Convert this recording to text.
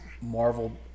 Marvel